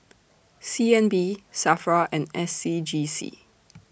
C N B SAFRA and S C G C